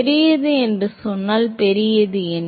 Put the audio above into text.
பெரியது என்று சொன்னால் பெரியது என்ன